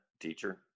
teacher